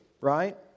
right